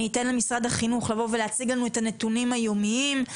אני אתן למשרד החינוך לבוא ולהציג לנו את הנתונים ואת